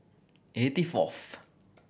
eighty fourth